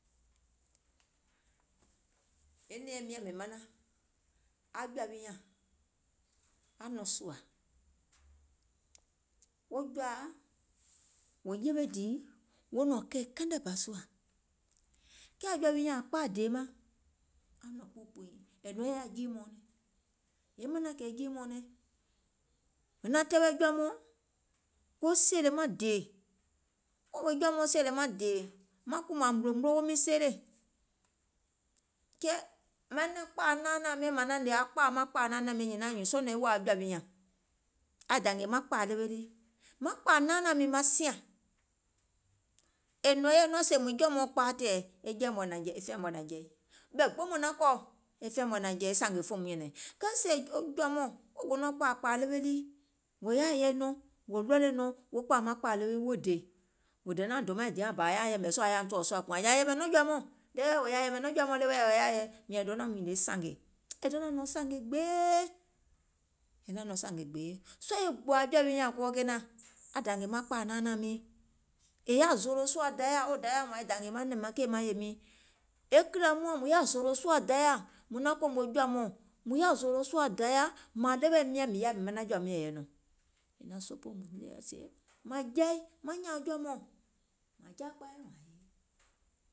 E nɛ̀ɛŋ miȧŋ mìŋ manaŋ a jɔ̀ȧ wi nyȧŋ aŋ nɔ̀ŋ sùȧ, wo jɔ̀ȧa wò yewe dìì, wo nɔ̀ŋ keì kɛnɛ bȧ sùȧ, kɛɛ jɔ̀ȧ wi nyȧŋ kpaa dèè maŋ, e manȧŋ kè jii mɔ̀ɔ̀nɛŋ, è naŋ tɛɛwɛ̀ jɔ̀ȧ mɔɔ̀ŋ wo sèèlè maŋ dèè, wo sèèlè maŋ dèè, maŋ kùmȧ mùnlòmunlo wo miŋ seelè, kɛɛ manȧŋ kpȧa naanȧȧŋ mɛɛ̀ŋ mȧŋ naŋ hnè aŋ kpȧȧ maŋ kpȧa naanȧȧŋ miiŋ nyɛ̀nȧȧŋ nyùùŋ, sɔɔ̀ nɔŋ e wòò jɔ̀ȧ wi nyȧŋ aŋ dȧngè maŋ kpȧa ɗewe lii, maŋ kpȧa naanȧȧŋ miiŋ maŋ siȧŋ, è nɔ̀ŋ yɛi nɔŋ sèè jɔ̀ȧ mɔɔ̀ŋ kpaa tɛ̀ɛ̀ e fɛɛ̀ mɔ̀ɛ̀ naŋ jɛi, ɓɛ̀ gbiŋ mùŋ naŋ kɔ̀ sangè fòum nyɛ̀nɛ̀ŋ, kɛɛ sèè wo jɔ̀ȧ mɔɔ̀ŋ wo gò nɔŋ kpȧȧ kpȧa ɗewe lii, wò yaȧ yɛi nɔŋ wò ready nɔŋ wo kpȧȧ maŋ kpȧa ɗewe lii wo dè, wò dè naȧŋ dòmaȧŋ diɛ̀ŋ yaȧuŋ yɛ̀mɛ̀ sùȧ ȧŋ yȧauŋ tɔ̀ɔ̀ sùȧ maŋ kùȧŋ, nyȧȧŋ yɛ̀mɛ̀ nɔŋ jɔ̀ȧ mɔɔ̀ŋ ɗeweɛ̀ wò yaȧ yɛi, e donȧum nyìnìè sȧngè, è donȧŋ nɔ̀ŋ sȧngè gbee, è donȧŋ nɔ̀ŋ sȧngè gbee, sɔɔ̀ e gbòȧ jɔ̀ȧ wi nyȧŋ kɔɔ kenȧŋ, aŋ dȧngè maŋ kpȧa naanȧȧŋ miiŋ, è yaȧ zòòlò sùȧ dayȧ, wo dayȧ wȧȧŋ e dȧngè manɛ̀ŋ maŋ yè miiŋ, e kìlȧ muȧŋ mùŋ yaȧ zòòlò sùȧ dayȧ, mùŋ naŋ kòmò jɔ̀ȧ mɔɔ̀ŋ, mùŋ yaȧ zòòlò sùȧ dayȧ mȧȧŋ ɗeweɛ̀ miȧŋ mìŋ yaȧ mìŋ manaŋ jɔ̀ȧ miɔ̀ŋ wò yɛi nɔ̀ŋ, maŋ jɛi maŋ nyȧȧŋ jɔ̀ȧ mɔɔ̀ŋ mȧȧŋ,